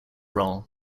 roll